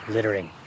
Littering